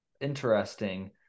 Interesting